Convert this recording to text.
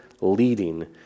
leading